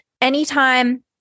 anytime